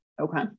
okay